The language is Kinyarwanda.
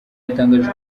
yatangaje